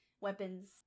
weapons